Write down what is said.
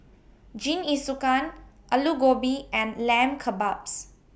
Jingisukan Alu Gobi and Lamb Kebabs